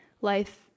life